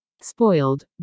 Spoiled